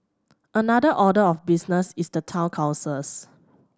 another order of business is the town councils